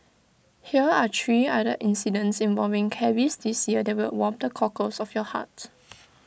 hear are three other incidents involving cabbies this year that will warm the cockles of your hearts